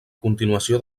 continuació